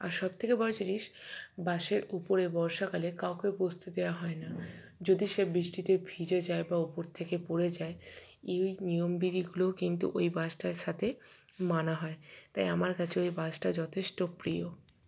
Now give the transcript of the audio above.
আর সব থেকে বড় জিনিস বাসের উপরে বর্ষাকালে কাউকে বসতে দেওয়া হয় না যদি সে বৃষ্টিতে ভিজে যায় বা উপর থেকে পড়ে যায় এই নিয়মবিধিগুলোও কিন্তু ওই বাসটার সাথে মানা হয় তাই আমার কাছে ওই বাসটা যথেষ্ট প্রিয়